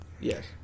yes